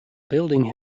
building